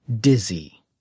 Dizzy